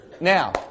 Now